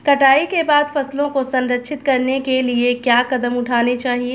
कटाई के बाद फसलों को संरक्षित करने के लिए क्या कदम उठाने चाहिए?